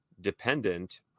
dependent